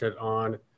on